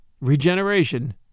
regeneration